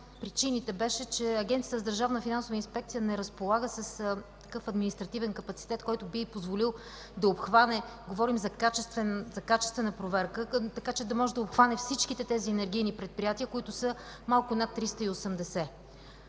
причините беше, че Агенцията за държавна финансова инспекция не разполага с такъв административен капацитет, който би й позволил да обхване, говорим за качествена проверка, така че да може да обхване всички тези енергийни предприятия, които са малко над 380.